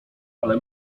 ale